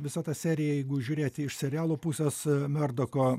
visa ta serija jeigu žiūrėti iš serialų pusės merdoko